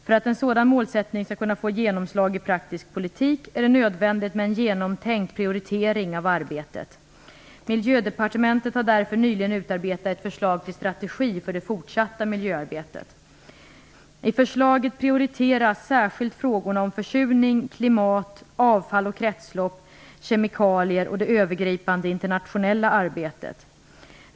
För att en sådan målsättning skall kunna få genomslag i praktisk politik är det nödvändigt med en genomtänkt prioritering av arbetet. Miljödepartementet har därför nyligen utarbetat ett förslag till strategi för det fortsatta miljöarbetet. I förslaget prioriteras särskilt frågorna om försurning, klimat, avfall, kretslopp, kemikalier och det övergripande internationella arbetet.